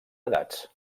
edats